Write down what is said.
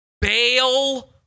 bail